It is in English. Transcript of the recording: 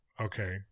Okay